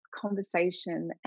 conversation